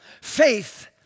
Faith